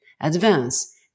advance